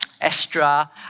extra